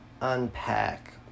unpack